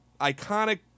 iconic